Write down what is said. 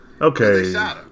Okay